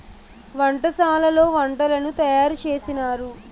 వంటశాలలో వంటలను తయారు చేసినారు